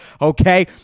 Okay